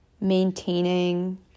maintaining